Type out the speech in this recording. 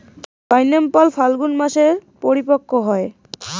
pineapple ফাল্গুন মাসে পরিপক্ব হয়